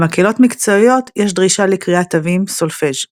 במקהלות מקצועיות יש דרישה לקריאת תווים, סולפג'.